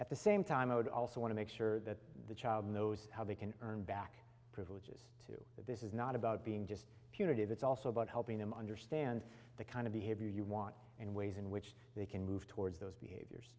at the same time i would also want to make sure that the child knows how they can earn back privileges to that this is not about being just punitive it's also about helping them understand the kind of behavior you want and ways in which they can move towards those behaviors